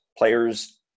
players